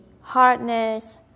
hardness